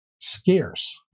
scarce